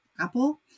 Apple